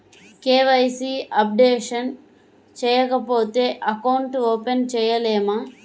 KYC updation చేయకపోతే account open చేయలేమా?